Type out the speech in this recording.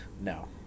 No